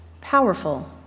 powerful